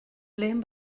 lehen